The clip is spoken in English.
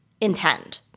intend